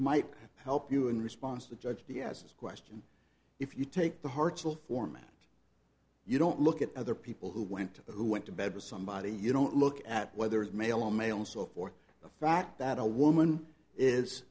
might help you in response to judge the as a question if you take the hartzell form and you don't look at other people who went who went to bed with somebody you don't look at whether it's male on male and so forth the fact that a woman is